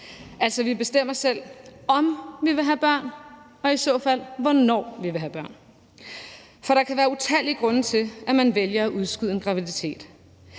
Altså, vi bestemmer selv, om vi vil have børn, og i så fald hvornår vi vil have børn. For der kan være utallige grunde til, at man vælger at udskyde en graviditet.